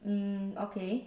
um okay